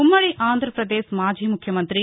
ఉమ్మడి ఆంధ్రాపదేశ్ మాజీ ముఖ్యమంతి